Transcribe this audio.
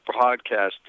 podcast